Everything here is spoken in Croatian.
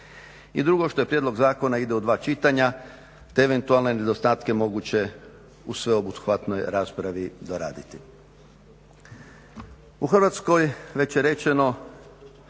i drugo, što je prijedlog zakona ide u dva čitanja te eventualne nedostatke moguće u sveobuhvatnoj raspravi doraditi. U Hrvatskoj već je rečeno